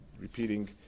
repeating